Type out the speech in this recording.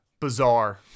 bizarre